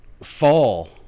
fall